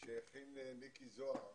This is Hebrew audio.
שהכין מיקי זוהר,